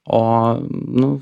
o nu